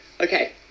Okay